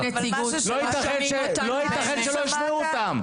לא ייתכן שלא ישמעו אותן.